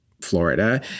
Florida